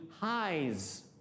highs